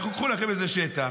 לכו, קחו לכם איזה שטח,